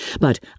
but